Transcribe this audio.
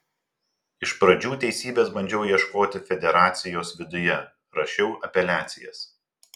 iš pradžių teisybės bandžiau ieškoti federacijos viduje rašiau apeliacijas